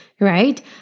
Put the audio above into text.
right